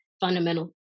fundamental